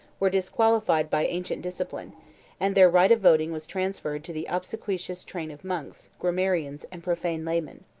were disqualified by ancient discipline and their right of voting was transferred to the obsequious train of monks, grammarians, and profane laymen.